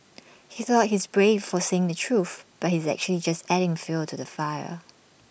he thought he's brave for saying the truth but he's actually just adding fuel to the fire